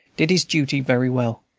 did his duty very well.